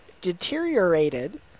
deteriorated